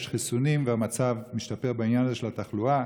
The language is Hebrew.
יש חיסונים והמצב משתפר בעניין הזה של התחלואה,